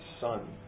son